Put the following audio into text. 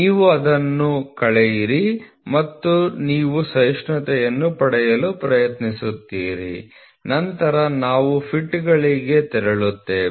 ನೀವು ಅದನ್ನು ಕಳೆಯಿರಿ ನೀವು ಸಹಿಷ್ಣುತೆಯನ್ನು ಪಡೆಯಲು ಪ್ರಯತ್ನಿಸುತ್ತೀರಿ ನಂತರ ನಾವು ಫಿಟ್ಗಳಿಗೆ ತೆರಳುತ್ತೇವೆ